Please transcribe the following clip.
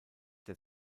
der